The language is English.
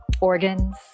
organs